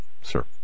sir